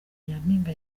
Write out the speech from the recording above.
nyampinga